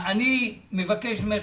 אני מבקש ממך,